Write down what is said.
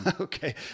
Okay